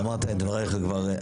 אמרת את דבריך כבר.